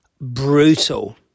brutal